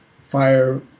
fire